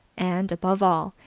and, above all,